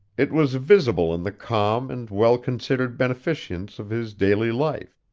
it was visible in the calm and well-considered beneficence of his daily life,